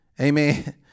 Amen